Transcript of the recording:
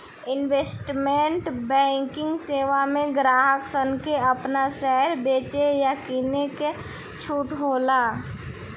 investment banking सेवा में ग्राहक सन के आपन शेयर बेचे आ किने के छूट होला